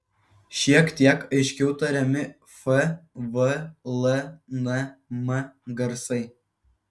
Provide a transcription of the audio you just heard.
šiek tiek aiškiau tariami f v l n m garsai